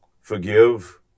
Forgive